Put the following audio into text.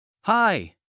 Hi